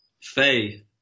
faith